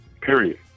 period